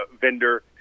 vendor